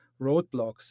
roadblocks